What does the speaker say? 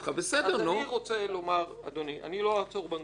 לא אעצור בקודה הזאת.